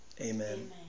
Amen